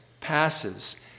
passes